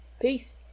Peace